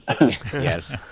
Yes